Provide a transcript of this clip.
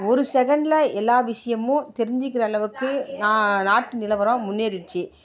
ஒரு செகண்டில் எல்லாம் விஷயமும் தெரிஞ்சுக்கிற அளவுக்கு நாட்டு நிலவரம் முன்னேறிடுச்சு